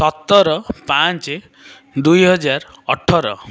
ସତର ପାଞ୍ଚ ଦୁଇହଜାର ଅଠର